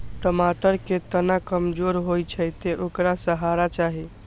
टमाटर के तना कमजोर होइ छै, तें ओकरा सहारा चाही